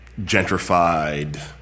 gentrified